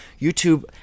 YouTube